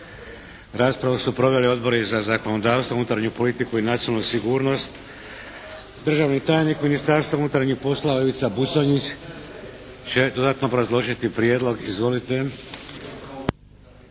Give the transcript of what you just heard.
Raspravu su proveli Odbori za zakonodavstvo, unutarnju politiku i nacionalnu sigurnost. Državni tajnik Ministarstva unutarnjih poslova Ivica Buconjić će dodatno obrazložiti prijedlog. Izvolite!